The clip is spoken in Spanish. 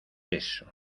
eso